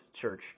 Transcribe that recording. Church